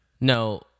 No